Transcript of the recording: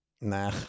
Nah